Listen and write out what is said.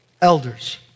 elders